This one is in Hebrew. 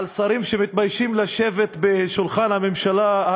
על שרים שמתביישים לשבת בשולחן הממשלה,